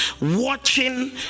watching